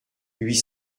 huit